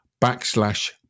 backslash